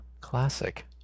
Classic